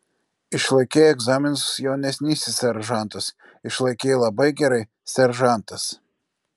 išlaikei egzaminus jaunesnysis seržantas išlaikei labai gerai seržantas